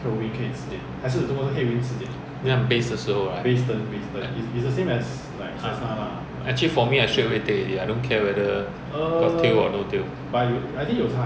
对 lor mm